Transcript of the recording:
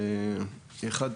אחד,